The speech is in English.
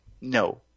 no